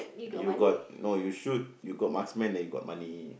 you got no you shoot you got then you got money